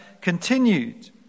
continued